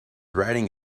riding